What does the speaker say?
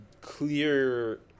clear